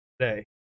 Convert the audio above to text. today